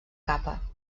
capa